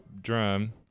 drum